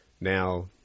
now